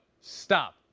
stop